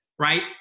right